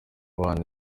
abana